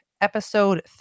episode